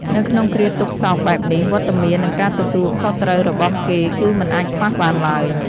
នៅក្នុងគ្រាទុក្ខសោកបែបនេះ វត្តមាន និងការទទួលខុសត្រូវរបស់គេគឺមិនអាចខ្វះបានឡើយ។